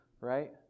right